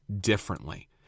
differently